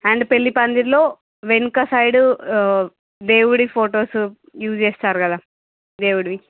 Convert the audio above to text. and పెళ్ళి పందిరిలో వెనక సైడు దేవుడి ఫొటోసు యూజ్ చేస్తారు కదా దేవుడివి